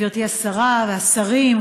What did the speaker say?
גברתי השרה והשרים,